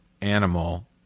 animal